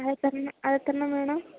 അത് എത്ര എണ്ണം അത് എത്ര എണ്ണം വേണം